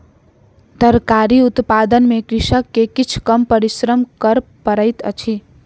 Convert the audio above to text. तरकारी उत्पादन में कृषक के किछ कम परिश्रम कर पड़ैत अछि